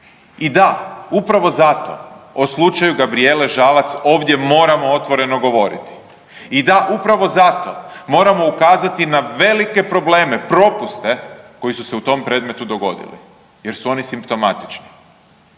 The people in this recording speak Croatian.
I da, upravo zato o slučaju Gabrijele Žalac ovdje moramo otvoreno govoriti i da upravo zato moramo ukazati na velike probleme, propuste koji su se u tom predmetu dogodili jer su oni simptomatični